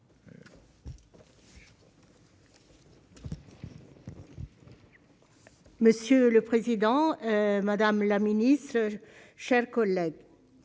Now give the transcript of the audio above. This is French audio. Monsieur le président, madame la ministre, mes chers collègues,